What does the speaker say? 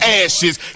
ashes